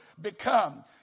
become